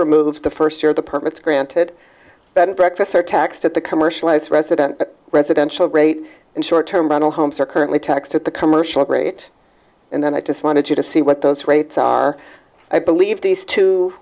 removed the first year the permits granted bed and breakfasts are taxed at the commercialised resident residential rate and short term i know homes are currently taxed at the commercial great and then i just wanted you to see what those rates are i believe these two